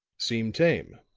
seem tame.